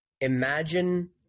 imagine